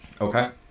Okay